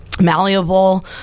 malleable